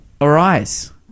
arise